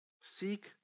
Seek